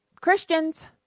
Christians